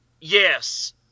yes